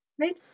right